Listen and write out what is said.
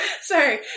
Sorry